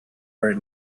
very